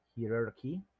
hierarchy